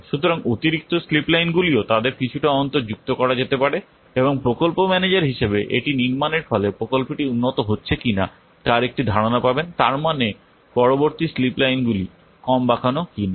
সুতরাং অতিরিক্ত স্লিপ লাইনগুলিও তাদের কিছুটা অন্তর যুক্ত করা যেতে পারে এবং প্রকল্প ম্যানেজার হিসাবে এটি নির্মাণের ফলে প্রকল্পটি উন্নত হচ্ছে কিনা তার একটি ধারণা পাবেন তার মানে পরবর্তী স্লিপ লাইনগুলি কম বাঁকানো কি না